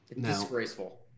Disgraceful